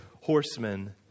horsemen